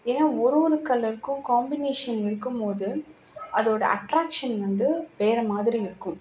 ஏன்னால் ஒரு ஒரு கலருக்கும் காம்பினேஷன் இருக்கும் போது அதோடய அட்ராக்ஷன் வந்து வேறு மாதிரி இருக்கும்